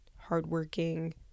hardworking